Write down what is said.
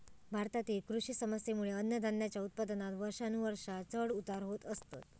भारतातील कृषी समस्येंमुळे अन्नधान्याच्या उत्पादनात वर्षानुवर्षा चढ उतार होत असतत